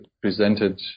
presented